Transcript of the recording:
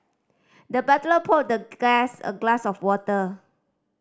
the butler poured the guest a glass of water